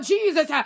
Jesus